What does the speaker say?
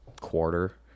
quarter